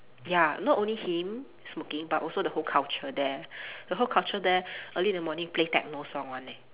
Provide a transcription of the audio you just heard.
ya not only him smoking but also the whole culture there the whole culture there early in the morning play techno song [one] eh